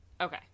okay